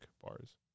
bars